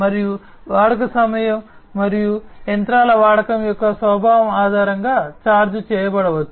మరియు వాడుక సమయం మరియు యంత్రాల వాడకం యొక్క స్వభావం ఆధారంగా ఛార్జ్ చేయబడవచ్చు